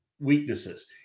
weaknesses